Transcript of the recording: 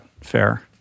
fair